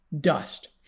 Dust